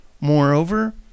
Moreover